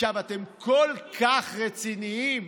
אתם כל כך רציניים,